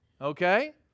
okay